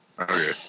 Okay